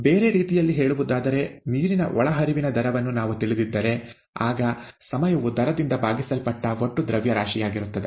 ಬೇರೆ ರೀತಿಯಲ್ಲಿ ಹೇಳುವುದಾದರೆ ನೀರಿನ ಒಳಹರಿವಿನ ದರವನ್ನು ನಾವು ತಿಳಿದಿದ್ದರೆ ಆಗ ಸಮಯವು ದರದಿಂದ ಭಾಗಿಸಲ್ಪಟ್ಟ ಒಟ್ಟು ದ್ರವ್ಯರಾಶಿಯಾಗಿರುತ್ತದೆ